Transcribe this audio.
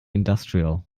industrial